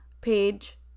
page